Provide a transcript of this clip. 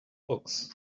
books